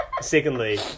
secondly